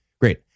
Great